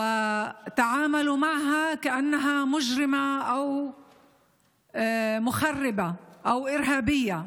והם התייחסו אליה כאילו היא פושעת או מחבלת או טרוריסטית.)